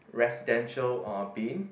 residential or bin